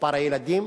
מספר הילדים,